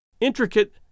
intricate